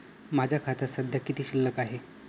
माझ्या खात्यात सध्या किती शिल्लक आहे?